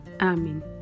Amen